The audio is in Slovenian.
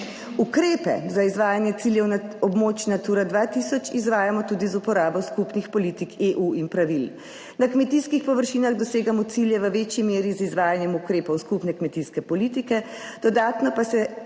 Ukrepe za izvajanje ciljev na območju Natura 2000 izvajamo tudi z uporabo skupnih politik EU in pravil, na kmetijskih površinah dosegamo cilje v večji meri z izvajanjem ukrepov skupne kmetijske politike, dodatno pa še z izvajanjem